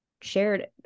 shared